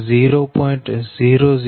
67 cm 0